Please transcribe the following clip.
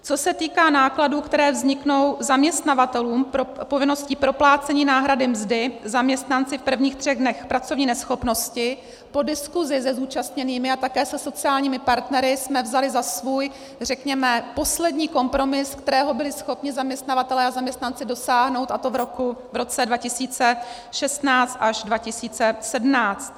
Co se týká nákladů, které vzniknou zaměstnavatelů povinností proplácení náhrady mzdy, zaměstnanci v prvních třech dnech pracovní neschopnosti, po diskusi se zúčastněnými, ale také se sociálními partnery, jsme vzali za svůj řekněme poslední kompromis, kterého byli schopni zaměstnavatelé a zaměstnanci dosáhnout, a to v roce 2016 až 2017.